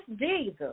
Jesus